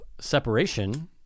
separation